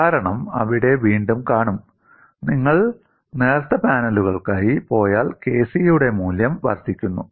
കാരണം അവിടെ വീണ്ടും കാണും നിങ്ങൾ നേർത്ത പാനലുകൾക്കായി പോയാൽ Kc യുടെ മൂല്യം വർദ്ധിക്കുന്നു